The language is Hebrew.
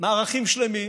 מערכים שלמים